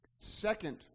Second